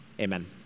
Amen